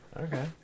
Okay